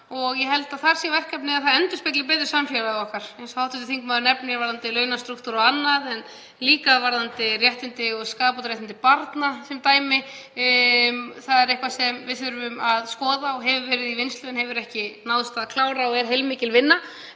Ég held að verkefnið sé að það endurspegli betur samfélag okkar, eins og hv. þingmaður nefnir varðandi launastrúktúr og annað, en líka varðandi réttindi og skaðabótaréttindi barna sem dæmi. Það er eitthvað sem við þurfum að skoða og hefur verið í vinnslu en hefur ekki náðst að klára og er heilmikil vinna.